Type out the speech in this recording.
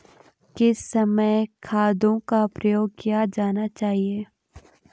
किस समय खादों का प्रयोग किया जाना चाहिए?